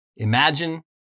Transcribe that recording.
Imagine